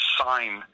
sign